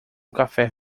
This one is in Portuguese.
café